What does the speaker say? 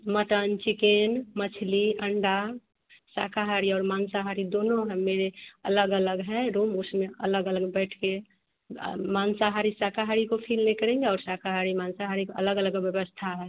mutton chicken मछली अंडा शाकाहारी और मांसाहारी दोनों हमें अलग अलग है रोम उसमें अलग अलग बैठ कर मांसाहारी शाकाहारी को फ़ील ना करेंगे और शाकाहारी मांसाहारी को अलग अलग व्यवस्था है